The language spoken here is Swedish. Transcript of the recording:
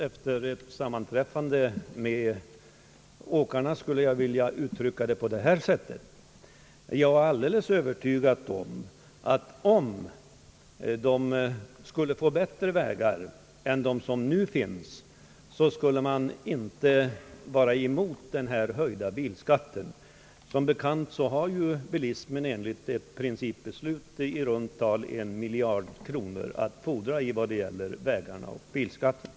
Efter ett sammanträffande med denna grupp av yrkesutövare är jag alldeles övertygad om att därest de skulle få bättre vägar att köra på skulle de inte ha någonting emot en höjd bilskatt. Som bekant har ju bilismen enligt ett principbeslut i runt tal en miljard kronor att fordra i bilskattemedel.